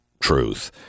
truth